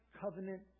covenant